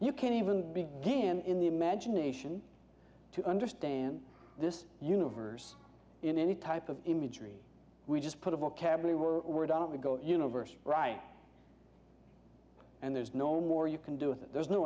you can't even begin in the imagination to understand this universe in any type of imagery we just put a vocabulary we're word on it we go universe right and there's no more you can do with it there's no